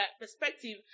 perspective